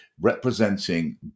representing